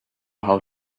how